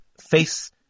face